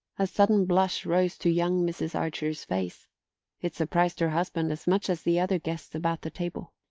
a sudden blush rose to young mrs. archer's face it surprised her husband as much as the other guests about the table.